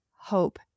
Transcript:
hope